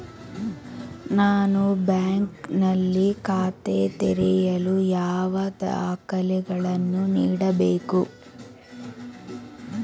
ನಾನು ಬ್ಯಾಂಕ್ ನಲ್ಲಿ ಖಾತೆ ತೆರೆಯಲು ಯಾವ ದಾಖಲೆಗಳನ್ನು ನೀಡಬೇಕು?